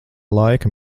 laika